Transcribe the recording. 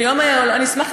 אני אשמח.